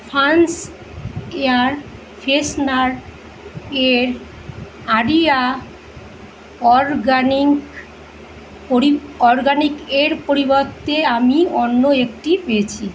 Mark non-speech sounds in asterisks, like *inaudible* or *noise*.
*unintelligible* air freshener এর আরিয়া organic *unintelligible* organic এর পরিবর্তে আমি অন্য একটি পেয়েছি